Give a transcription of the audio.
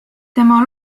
tema